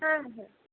হ্যাঁ হ্যাঁ